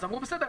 אז אמרו בסדר,